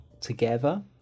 together